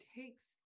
takes